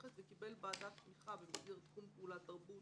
נתמכת וקיבל בעדה תמיכה במסגרת תחום פעולה - תרבות